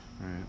Right